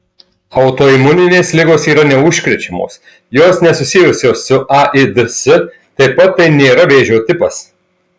autoimuninės ligos yra neužkrečiamos jos nesusijusios su aids taip pat tai nėra vėžio tipas